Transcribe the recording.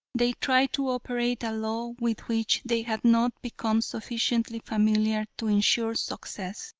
they tried to operate a law with which they had not become sufficiently familiar to insure success.